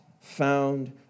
found